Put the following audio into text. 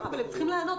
אבל הם צריכים לענות,